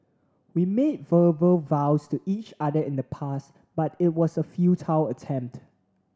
we made verbal vows to each other in the past but it was a futile attempt